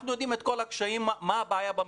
אנחנו יודעים את כל הקשיים שקיימים במתווה.